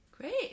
great